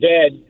Dead